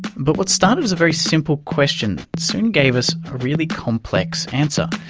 but what started as a very simple question, soon gave us a really complex answer.